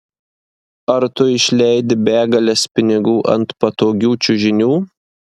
ar tu išleidi begales pinigų ant patogių čiužinių